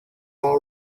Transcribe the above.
all